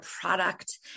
product